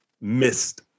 missed